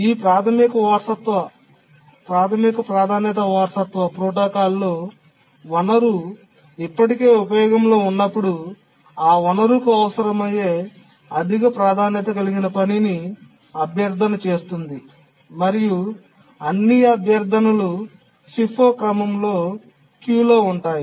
ఈ ప్రాథమిక ప్రాధాన్యత వారసత్వ ప్రోటోకాల్లో వనరు ఇప్పటికే ఉపయోగంలో ఉన్నప్పుడు ఆ వనరుకు అవసరమయ్యే అధిక ప్రాధాన్యత కలిగిన పనిని అభ్యర్థన చేస్తుంది మరియు అన్ని అభ్యర్థనలు FIFO క్రమంలో క్యూలో ఉంటాయి